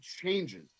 changes